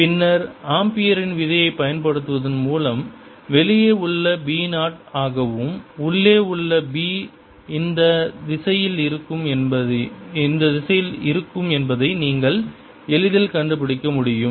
E0 பின்னர் ஆம்பியரின் விதியை பயன்படுத்துவதன் மூலம் வெளியே உள்ள B 0 ஆகவும் உள்ளே உள்ள B இந்த திசையில் இருக்கும் என்பதை நீங்கள் எளிதில் கண்டுபிடிக்க முடியும்